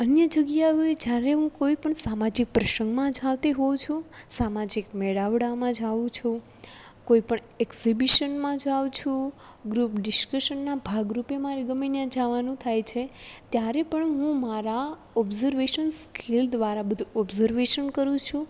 અન્ય જગ્યાઓએ જ્યારે હું કોઇપણ સામાજિક પ્રસંગમાં જતી હોઉં છું સામાજિક મેળાવડામાં જાઉં છું કોઈપણ એક્ઝિબિશનમાં જાઉં છું ગ્રુપ ડિસ્કશનના ભાગરૂપે મારે ગમે ત્યાં જવાનું થાય છે ત્યારે પણ હું મારા ઓબ્ઝર્વેશન્સ સ્કિલ દ્વારા બધું ઓબ્ઝર્વેશન કરું છું